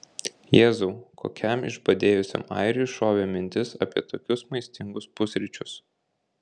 jėzau kokiam išbadėjusiam airiui šovė mintis apie tokius maistingus pusryčius